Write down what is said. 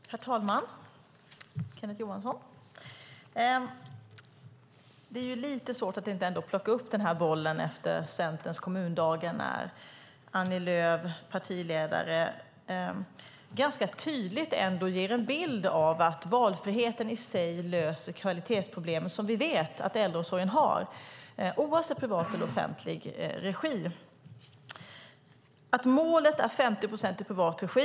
Herr talman! Kenneth Johansson! Det är lite svårt att inte plocka upp bollen efter Centerns kommundagar när partiledaren Annie Lööf ganska tydligt ger en bild av att valfriheten i sig löser de kvalitetsproblem som vi vet att äldreomsorgen har oavsett om den bedrivs i privat eller offentlig regi. Målet är att 50 procent ska bedrivas i privat regi.